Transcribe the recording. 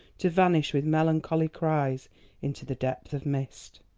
to vanish with melancholy cries into the depth of mist.